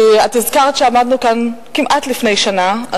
כי את הזכרת שעמדנו כאן כמעט לפני שנה,